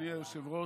היושב-ראש,